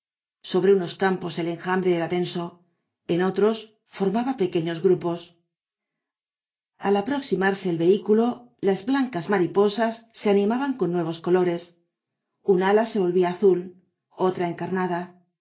sobre unos campos el enjambre era denso en otros formaba pequeños grupos al aproximarse el vehículo las blancas mariposas se animaban con nuevos colores un ala se volvía azul otra encarnada